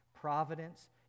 Providence